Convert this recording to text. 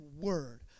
word